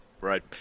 right